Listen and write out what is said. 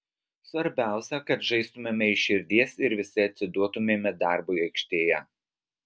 svarbiausia kad žaistumėme iš širdies ir visi atsiduotumėme darbui aikštėje